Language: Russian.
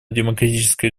демократической